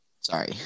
Sorry